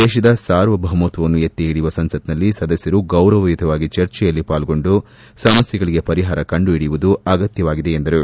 ದೇಶದ ಸಾರ್ವಭೌಮತ್ವವನ್ನು ಎತ್ತಿ ಹಿಡಿಯುವ ಸಂಸತ್ತಿನಲ್ಲಿ ಸದಸ್ಯರು ಗೌರವಯುತವಾಗಿ ಚರ್ಚೆಯಲ್ಲಿ ಪಾಲ್ಗೊಂಡು ಸಮಸ್ನೆಗಳಿಗೆ ಪರಿಹಾರ ಕಂಡು ಹಿಡಿಯುವುದು ಅತ್ತಗತ್ತವಾಗಿದೆ ಎಂದರು